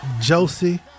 Josie